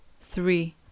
three